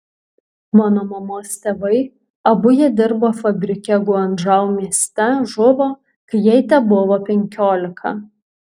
mano mamos tėvai abu jie dirbo fabrike guangdžou mieste žuvo kai jai tebuvo penkiolika